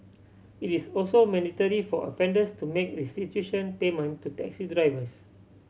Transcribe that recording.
it is also mandatory for offenders to make restitution payment to taxi drivers